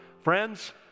Friends